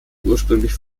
ursprünglich